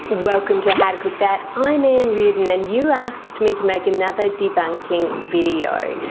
welcome to how to cook that i'm ann reardon and you asked me to make another debunking video.